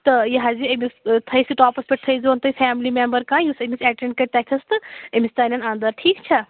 تہٕ یہِ حظ یہِ أمِس تھٔیہِ سِٹاپَس پیٚٹھ تھٔۍزیٚون تُہۍ فیملی میٚمبَر کانٛہہ یُس أمِس ایٚٹَینٛڈ کَرِ تٔتھِس تہٕ أمِس ژانیٚن اَنٛدَر ٹھیٖک چھا